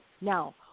Now